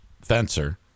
Fencer